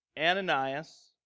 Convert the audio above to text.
Ananias